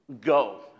go